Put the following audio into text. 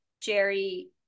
Jerry